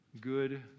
good